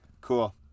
Cool